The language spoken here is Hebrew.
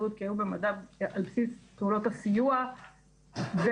עם חולה על בסיס פעולות הסיוע בלבד.